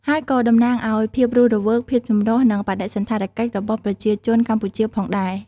ហើយក៏តំណាងឱ្យភាពរស់រវើក ភាពចម្រុះ និងបដិសណ្ឋារកិច្ចរបស់ប្រជាជនកម្ពុជាផងដែរ។